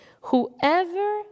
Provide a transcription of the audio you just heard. Whoever